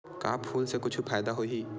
का फूल से कुछु फ़ायदा होही?